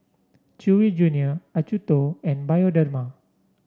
Chewy Junior Acuto and Bioderma